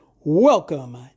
Welcome